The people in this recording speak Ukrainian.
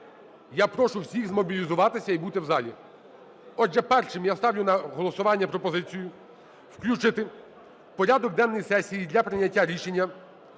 Я прошу всіх змобілізуватися і бути в залі. Отже, першим я ставлю на голосування пропозицію включити в порядок денний сесії для прийняття рішення